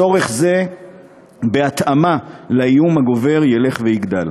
צורך זה ילך ויגדל,